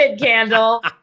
candle